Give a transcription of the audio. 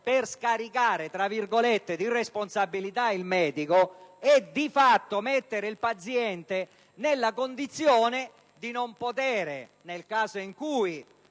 per scaricare di responsabilità il medico e di fatto mettere il paziente nella condizione di non potere, nel caso in cui